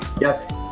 Yes